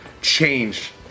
change